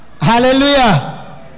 Hallelujah